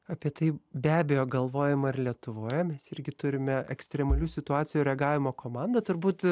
apie tai be abejo galvojama ir lietuvoje mes irgi turime ekstremalių situacijų reagavimo komandą turbūt